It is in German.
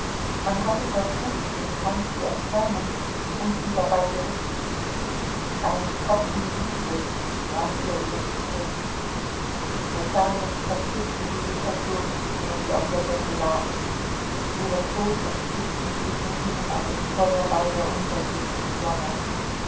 man hatte versucht den kranz zu entfernen und sie dabei geritzt ein tropfen blutes rann ihr über die stirn mechanisch zerpflückte sie die passionsblume die auf der decke lag ihre todentzückten blicke hingen an dem feuerball der untergehenden sonne